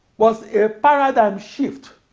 was a paradigm shift